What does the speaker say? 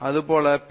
அதே ஒரு பி